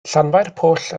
llanfairpwll